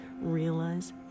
realize